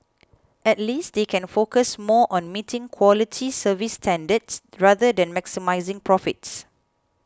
at least they can focus more on meeting quality service standards rather than maximising profits